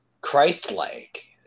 Christ-like